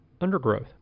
undergrowth